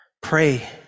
Pray